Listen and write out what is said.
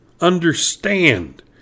understand